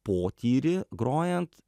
potyrį grojant